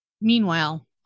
Meanwhile